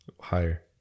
Higher